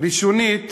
ראשונית